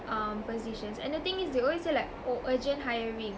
um positions and the thing is they always say like oh urgent hiring